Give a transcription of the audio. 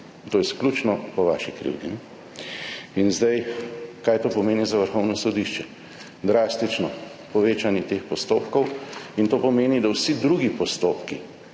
to izključno po vaši krivdi. Kaj to pomeni za Vrhovno sodišče? Drastično povečanje teh postopkov pomeni, da vsi drugi postopki